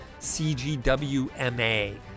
CGWMA